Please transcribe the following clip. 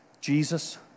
Jesus